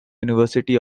university